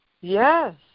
Yes